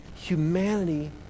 humanity